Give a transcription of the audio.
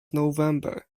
november